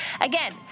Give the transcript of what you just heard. Again